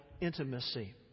intimacy